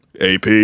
AP